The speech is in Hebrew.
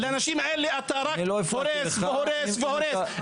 לאנשים האלה, אתה רק הורס והורס והרוס.